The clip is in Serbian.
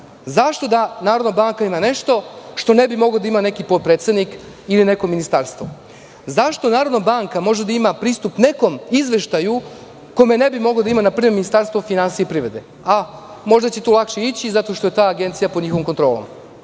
da Narodna banka ima nešto što ne bi mogao da ima neki potpredsednik ili neko ministarstvo? Zašto Narodna banka može da ima pristup nekom izveštaju kojem ne bi moglo da ima, na primer, Ministarstvo finansija i privrede? Možda će tu lakše ići, zato što je ta agencija pod njihovom kontrolom.